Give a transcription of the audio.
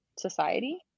society